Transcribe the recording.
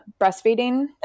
breastfeeding